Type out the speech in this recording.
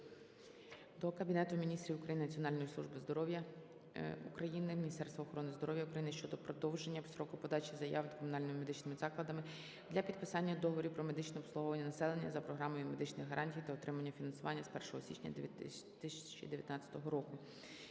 до Кабінету Міністрів України, Національної служби здоров'я України, Міністерства охорони здоров'я України щодо продовження строку подачі заяв комунальними медичними закладами для підписання договорів про медичне обслуговування населення за програмою медичних гарантій та отримання фінансування з 1 січня 2019 року.